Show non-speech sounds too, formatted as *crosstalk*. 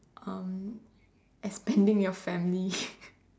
um expanding your family *laughs*